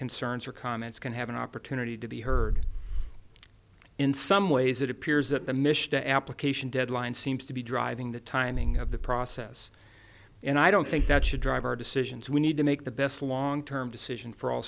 concerns or comments can have an opportunity to be heard in some ways it appears that the mish the application deadline seems to be driving the timing of the process and i don't think that should drive our decisions we need to make the best long term decision for all